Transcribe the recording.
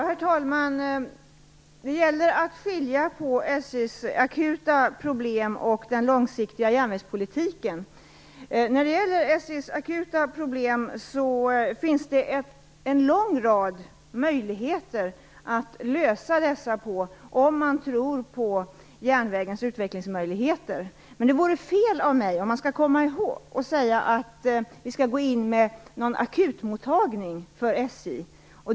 Herr talman! Det gäller att skilja på SJ:s akuta problem och den långsiktiga järnvägspolitiken. Vad gäller SJ:s akuta problem finns det en lång rad möjliga lösningar om man tror på järnvägens utvecklingsmöjligheter. Men det vore fel av mig att säga att vi skall ha akutmottagning för SJ.